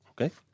Okay